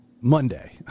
monday